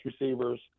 receivers